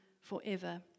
forever